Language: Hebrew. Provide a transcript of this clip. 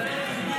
החיילים נלחמים,